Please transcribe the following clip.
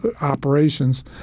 operations